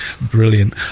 brilliant